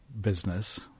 business